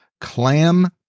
Clam